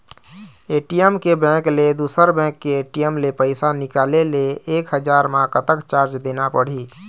ATM के bank ले दुसर बैंक के ए.टी.एम ले पैसा निकाले ले एक हजार मा कतक चार्ज देना पड़ही?